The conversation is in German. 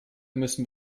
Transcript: müssen